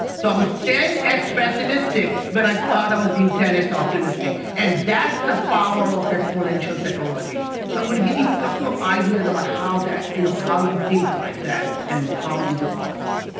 was ten x pessimistic when i thought i was being ten x optimistic and that's the power of exponential technologies, so i'm gonna give you a couple of ideas about how that, you know, how you think like that and how is it possible